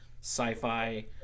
sci-fi